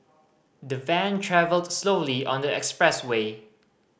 the van travelled slowly on the expressway